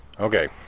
okay